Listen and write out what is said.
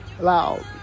Loud